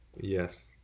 Yes